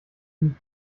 wie